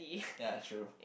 ya true